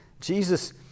Jesus